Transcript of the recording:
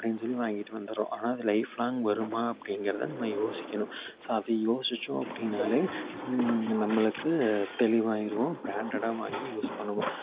அப்படின்னு சொல்லி வாங்கிட்டு வந்துடறோம் ஆனால் அது லைஃப்லாங் வருமா அப்படிங்கிறத நம்ம யோசிக்கணும் ஸோ அதை யோசித்தோம் அப்படினாலே நம்மளுக்கு தெளிவாயிடுவோம் ப்ராண்டடாக வாங்கி யூஸ் பண்ணுவோம்